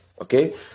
Okay